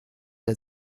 der